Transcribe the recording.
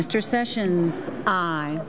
mr sessions i